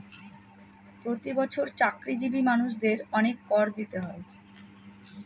প্রতি বছর চাকরিজীবী মানুষদের অনেক কর দিতে হয়